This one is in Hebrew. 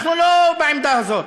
אנחנו לא בעמדה הזאת.